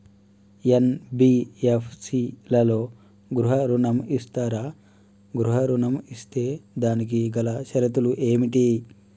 NBFC లలో గృహ ఋణం ఇస్తరా? గృహ ఋణం ఇస్తే దానికి గల షరతులు ఏమిటి?